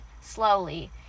slowly